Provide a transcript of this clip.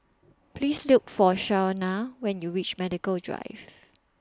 Please Look For Shawnna when YOU REACH Medical Drive